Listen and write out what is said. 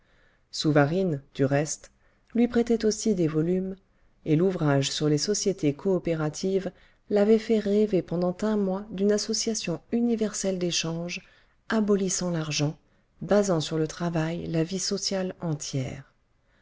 souvarine du reste lui prêtait aussi des volumes et l'ouvrage sur les sociétés coopératives l'avait fait rêver pendant un mois d'une association universelle d'échange abolissant l'argent basant sur le travail la vie sociale entière